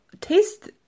taste